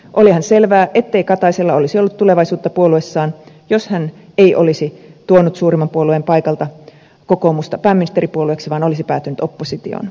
olihan selvää ettei kataisella olisi ollut tulevaisuutta puolueessaan jos hän ei olisi tuonut suurimman puolueen paikalta kokoomusta pääministeripuolueeksi vaan olisi päätynyt oppositioon